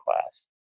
class